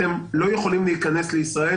אתם לא יכולים להיכנס לישראל,